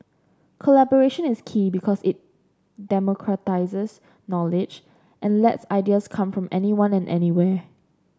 collaboration is key because it democratises knowledge and lets ideas come from anyone and anywhere